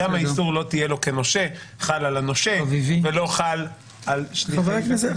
גם האיסור "לא תהיה לו כנושה" חל על הנושה ולא חל על שליחים מטעם הנושה.